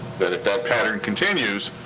that if that pattern continues,